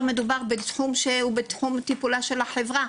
אנחנו מדברים על תחום טיפולה של החברה,